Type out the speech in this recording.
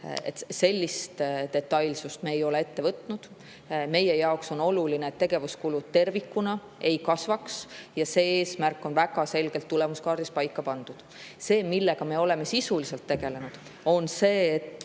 sellist detailsust me ei ole seadnud. Meie jaoks on oluline, et tegevuskulud tervikuna ei kasvaks, ja see eesmärk on väga selgelt tulemuskaardis paika pandud. Asi, millega me oleme sisuliselt tegelenud, on see, et